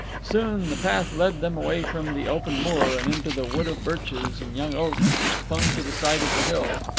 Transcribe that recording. soon the path led them away from the open moor, and into the wood of birches and young oaks which clung to the side of the hill.